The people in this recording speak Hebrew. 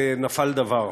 נפל דבר,